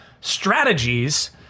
strategies